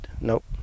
Nope